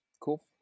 cool